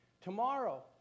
Tomorrow